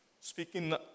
speaking